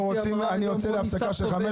אני יוצא להפסקה של חמש